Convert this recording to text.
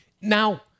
Now